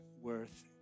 worth